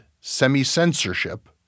semi-censorship